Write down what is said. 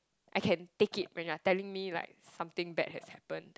I can take it when you are telling me like something bad has happened